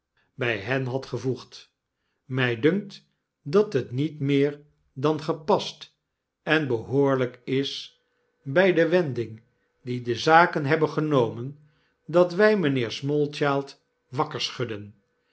by hen had gevoegd w mi dunkt dat het niet meer dan gepast en behoorlijk is by de wending die de zaken hebben genomen dat wy mynheer smallchild wakker